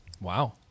Wow